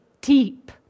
deep